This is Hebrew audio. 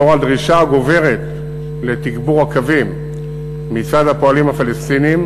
לאור הדרישה הגוברת לתגבור הקווים מצד הפועלים הפלסטינים,